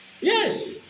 Yes